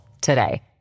today